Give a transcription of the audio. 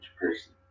person